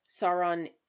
Sauron